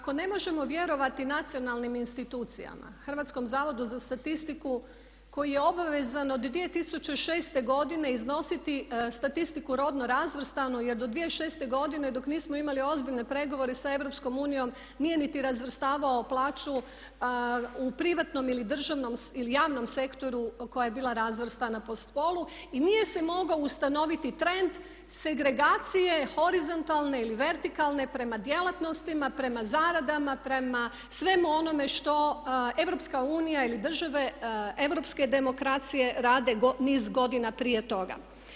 Ako ne možemo vjerovati nacionalnim institucijama, Hrvatskom zavodu za statistiku koji je obavezan od 2006. godine iznositi statistiku rodno razvrstanu, jer do 2006. godine dok nismo imali ozbiljne pregovore sa EU nije niti razvrstavao plaću u privatnom ili državnom ili javnom sektoru koja je bila razvrstana po spolu i nije se mogao ustanoviti trend segregacije horizontalne ili vertikalne prema djelatnostima, prema zaradama, prema svemu onome što EU ili države europske demokracije rade niz godina prije toga.